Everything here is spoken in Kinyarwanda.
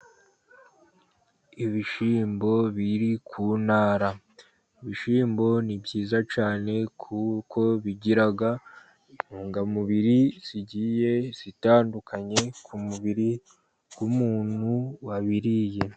Ibishyimbo biri ku ntara, ibishyimbo ni byiza cyane, kuko bigira intungamubiri zigiye zitandukanye, ku mubiri w'umuntu wabiriye.